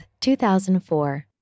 2004